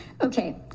Okay